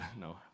no